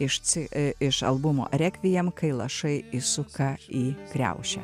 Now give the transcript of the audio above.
iš ci iš albumo rekviem kai lašai įsuka į kriaušę